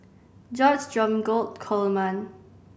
George Dromgold Coleman